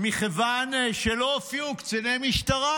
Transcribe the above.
מכיוון שלא הופיעו קציני משטרה,